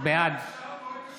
בעד